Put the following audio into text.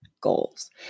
goals